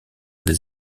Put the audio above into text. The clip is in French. des